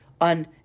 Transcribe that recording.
on